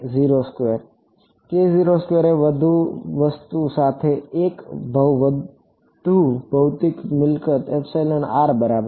એક વધુ વસ્તુ સાથે એક વધુ ભૌતિક મિલકત બરાબર